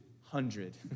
Hundred